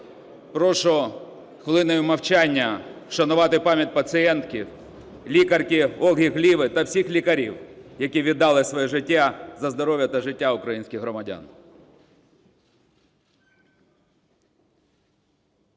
Прошу хвилиною мовчання вшанувати пам'ять пацієнтки лікарки Ольги Гливи та всіх лікарів, які віддали своє життя за здоров'я та життя українських громадян.